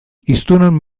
hiztunon